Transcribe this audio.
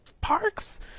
parks